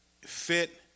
fit